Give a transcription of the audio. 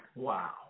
Wow